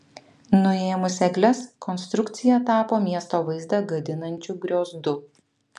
nuėmus egles konstrukcija tapo miesto vaizdą gadinančiu griozdu